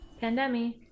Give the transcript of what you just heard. pandemic